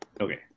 okay